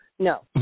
No